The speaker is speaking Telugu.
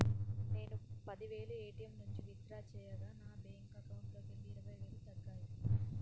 నేను పది వేలు ఏ.టీ.యం నుంచి విత్ డ్రా చేయగా నా బ్యేంకు అకౌంట్లోకెళ్ళి ఇరవై వేలు తగ్గాయి